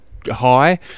High